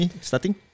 starting